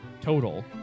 Total